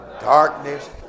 darkness